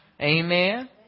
Amen